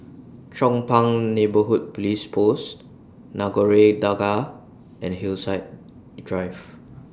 Chong Pang Neighbourhood Police Post Nagore Dargah and Hillside Drive